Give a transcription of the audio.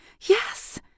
yes